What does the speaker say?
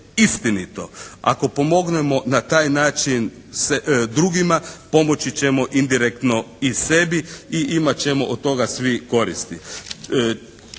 istinito. Ako pomognemo na taj način drugima pomoći ćemo indirektno i sebi i imat ćemo od toga svi koristi.